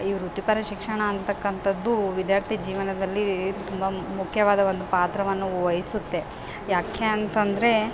ಈ ವೃತ್ತಿಪರ ಶಿಕ್ಷಣ ಅಂತಕ್ಕಂಥದ್ದು ವಿದ್ಯಾರ್ಥಿ ಜೀವನದಲ್ಲಿ ತುಂಬ ಮುಖ್ಯವಾದ ಒಂದು ಪಾತ್ರವನ್ನು ವಹಿಸುತ್ತೆ ಯಾಕೆ ಅಂತಂದರೆ